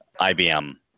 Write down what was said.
IBM